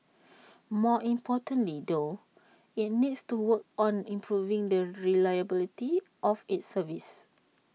more importantly though IT needs to work on improving the reliability of its service